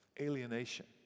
alienation